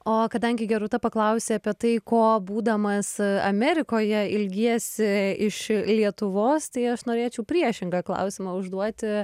o kadangi gerūta paklausė apie tai ko būdamas amerikoje ilgiesi iš lietuvos tai aš norėčiau priešingą klausimą užduoti